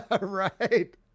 Right